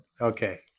Okay